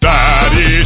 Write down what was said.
Daddy